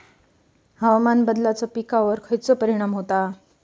हवामान बदलाचो पिकावर खयचो परिणाम होता?